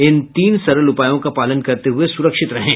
इन तीन सरल उपायों का पालन करते हुए सुरक्षित रहें